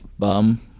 bum